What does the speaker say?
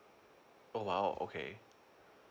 oh wow okay